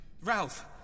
Ralph